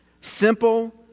Simple